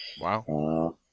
Wow